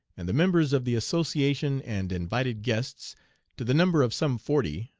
and the members of the association and invited guests to the number of some forty,